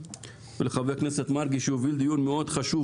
ולחבר הכנסת מרגי שהוביל דיון חשוב